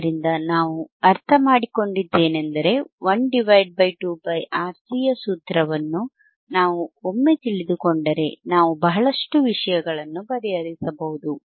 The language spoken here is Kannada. ಆದ್ದರಿಂದ ನಾವು ಅರ್ಥಮಾಡಿಕೊಂಡದ್ದೇನೆಂದರೆ 1 2πRC ಯ ಸೂತ್ರವನ್ನು ನಾವು ಒಮ್ಮೆ ತಿಳಿದುಕೊಂಡರೆ ನಾವು ಬಹಳಷ್ಟು ವಿಷಯಗಳನ್ನು ಪರಿಹರಿಸಬಹುದು